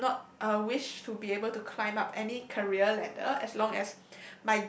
I do not uh wish to be able to climb up any career ladder as long as